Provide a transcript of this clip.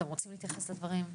אתם רוצים להתייחס לדברים?